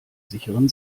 sicheren